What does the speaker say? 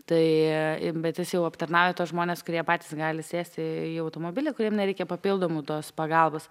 tai bet jis jau aptarnauja tuos žmones kurie patys gali sėsti į automobilį kuriem nereikia papildomų tos pagalbos